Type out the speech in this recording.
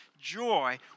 joy